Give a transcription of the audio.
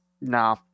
Nah